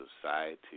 society